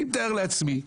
אני מתאר לעצמי,